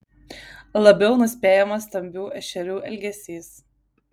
labiau nuspėjamas stambių ešerių elgesys